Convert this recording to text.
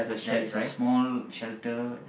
there is a small shelter